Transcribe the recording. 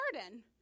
garden